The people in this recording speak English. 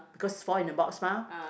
cause it's all in the box mah